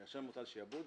כאשר מוטל שעבוד,